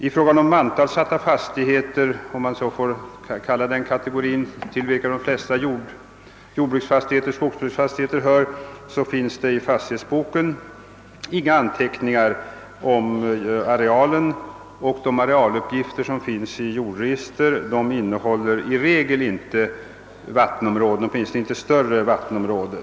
I fråga om mantalssatta fastigheter — om man får kalla denna kategori så och till vilka de flesta jordbruksfastigheter och skogsbruksfastigheter hör — finns det i fastighetsboken inga anteckningar om arealen, och de arealuppgifter som finns i jordregistret innefattar i regel inte vattenområde, åtminstone inte större vattenområde.